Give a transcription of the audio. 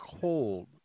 cold